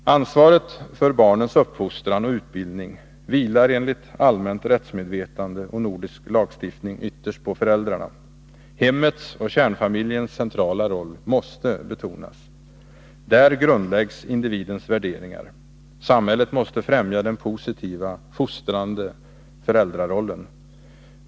Ansvaret för barnens uppfostran och utbildning vilar enligt allmänt rättsmedvetande och nordisk lagstiftning ytterst på föräldrarna. Hemmets och kärnfamiljens centrala roll måste betonas. Där grundläggs individens värderingar. Samhället måste främja den positiva, fostrande föräldrarollen.